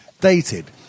dated